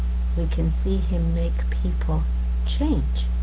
we can see him make people change,